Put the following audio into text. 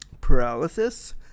paralysis